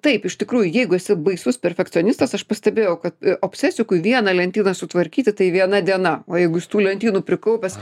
taip iš tikrųjų jeigu esi baisus perfekcionistas aš pastebėjau kad obsesikui vieną lentyną sutvarkyti tai viena diena o jeigu jis tų lentynų prikaupęs